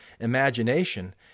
Imagination